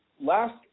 Last